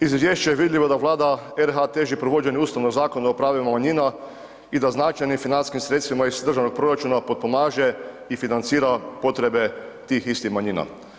Iz izvješća je vidljivo da Vlada RH teži provođenju ustavnog zakona o pravima manjina i da značajnim financijskim sredstvima iz proračuna potpomaže i financira potrebe tih istih manjina.